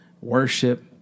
worship